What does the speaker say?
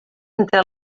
entre